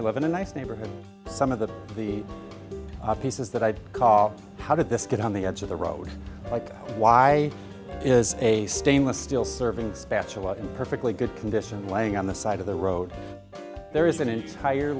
i live in a nice neighborhood some of them the pieces that i'd call how did this get on the edge of the road like why is a stainless steel serving spatula in perfectly good condition laying on the side of the road there is an entire